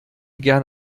gern